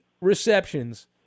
receptions